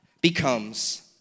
becomes